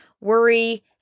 worry